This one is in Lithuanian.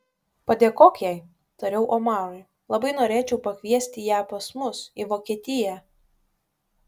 padėkok jai tariau omarui labai norėčiau pakviesti ją pas mus į vokietiją